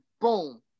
boom